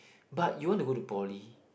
but you want to go to poly